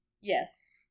Yes